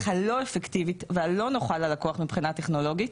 הלא אפקטיבית והלא נוחה ללקוח מבחינה טכנולוגית.